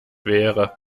wäre